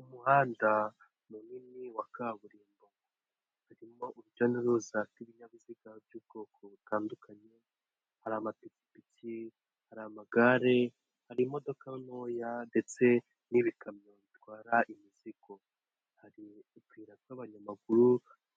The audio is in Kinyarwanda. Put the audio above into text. Umuhanda munini wa kaburimbo, harimo urujya n'uruza rw'ibinyabiziga by'ubwoko butandukanye, hari amapikipiki, hari amagare, hari imodoka ntoya ndetse n'ibikamyo bitwara imizigo. Hari inzira z'abanyamaguru